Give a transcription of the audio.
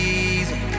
easy